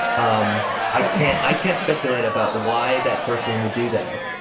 um i i can't speculate about why that person would do that,